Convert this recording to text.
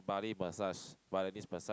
Bali massage Balinese massage